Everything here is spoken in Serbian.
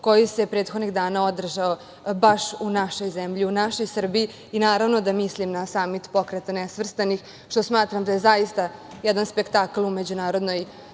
koji se prethodnih dana održao u našoj zemlji, u našoj Srbiji, a naravno da mislim na samit Pokreta nesvrstanih, što smatram da je zaista jedan spektakl u međunarodnoj